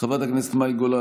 חברת הכנסת קטי שטרית,